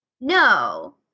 No